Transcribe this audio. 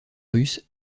russe